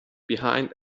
behind